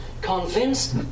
convinced